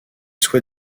soi